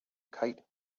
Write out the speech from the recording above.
kite